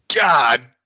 God